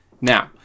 now